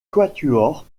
quatuor